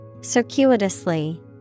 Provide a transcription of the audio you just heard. Circuitously